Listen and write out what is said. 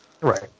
Right